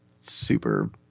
super